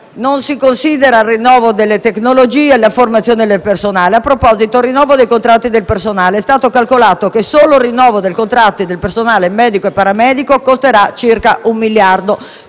non si considera il rinnovo delle tecnologie e la formazione del personale. A proposito di rinnovo dei contratti del personale, è stato calcolato che solo quello del personale medico e paramedico costerà circa un miliardo,